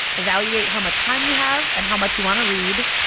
evaluate how much time you have and how much you want to read.